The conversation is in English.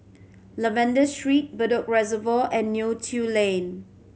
Lavender Street Bedok Reservoir and Neo Tiew Lane